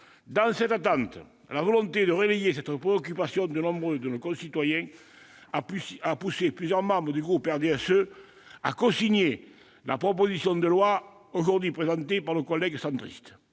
Dans cette attente, la volonté de relayer cette préoccupation de nombre de nos concitoyens a poussé plusieurs membres du groupe du RDSE à cosigner la proposition de loi aujourd'hui présentée par nos collègues centristes.